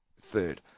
third